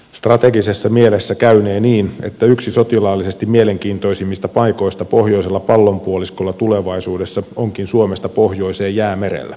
strategisessa mielessä käynee niin että yksi sotilaallisesti mielenkiintoisimmista paikoista pohjoisella pallonpuoliskolla tulevaisuudessa onkin suomesta pohjoiseen jäämerellä